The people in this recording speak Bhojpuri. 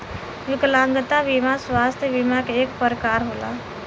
विकलागंता बिमा स्वास्थ बिमा के एक परकार होला